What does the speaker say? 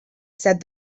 said